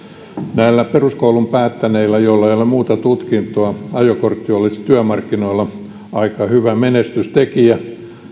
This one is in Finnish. näillä peruskoulun päättäneillä joilla ei ole muuta tutkintoa ajokortti olisi työmarkkinoilla aika hyvä menestystekijä